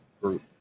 group